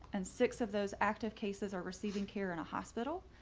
and six of those active cases are receiving care in a hospital.